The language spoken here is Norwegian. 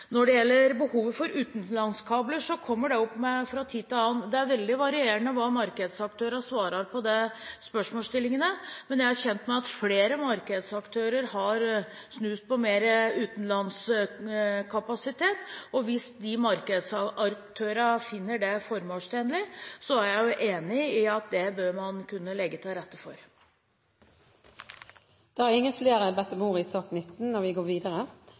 Når det gjelder behovet for utenlandskabler, kommer det opp fra tid til annen. Det er veldig varierende hva markedsaktørene svarer på de spørsmålsstillingene, men jeg er kjent med at flere markedsaktører har snust på mer utenlandskapasitet. Hvis de markedsaktørene finner det formålstjenlig, er jeg enig i at man bør kunne legge til rette for det. Flere har ikke bedt om ordet til sak nr. 19. Etter ønske fra næringskomiteen vil presidenten foreslå at sakene nr. 20 og